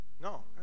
No